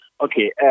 okay